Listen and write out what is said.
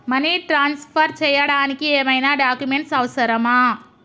Money transfer చేయడానికి ఏమైనా documents అవసరమా?